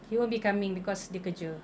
he won't be coming because dia kerja